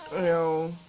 no.